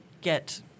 get